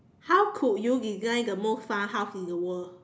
how could you design the most fun house in the world